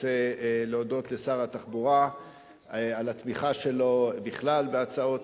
רוצה להודות לשר התחבורה על התמיכה שלו בכלל בהצעות,